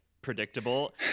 Predictable